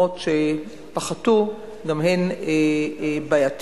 הפחתת התרומות גם היא בעייתית.